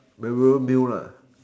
memorable meal lah